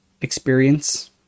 experience